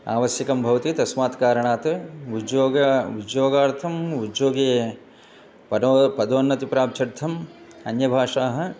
आवश्यकं भवति तस्मात् कारणात् उद्योगम् उद्योगार्थम् उद्योगे परो पदोन्नतिप्राप्त्यर्थम् अन्यभाषाः